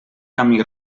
camí